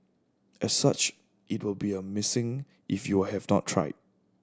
as such it will be a missing if you have not tried